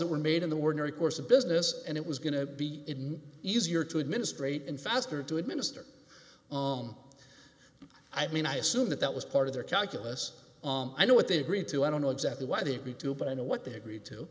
that were made in the were very coarse a business and it was going to be easier to administrate and faster to administer on i mean i assume that that was part of their calculus on i know what they agreed to i don't know exactly what it be to but i know what they agreed to